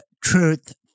truth